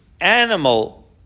animal